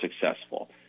successful